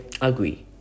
agree